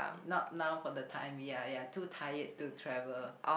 not now for the time ya ya too tired to travel